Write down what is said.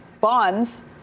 bonds